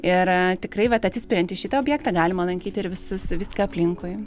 ir tikrai vat atsispiriant į šitą objektą galima lankyti ir visus viską aplinkui